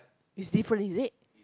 is different is it